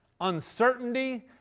uncertainty